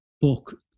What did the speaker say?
book